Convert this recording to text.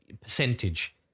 percentage